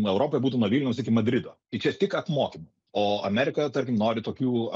europoj būtų nuo vilniaus iki madrido tai čia tik apmokymui o amerikoje tarkim nori tokių